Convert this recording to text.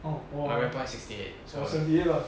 my rank point sixty eight so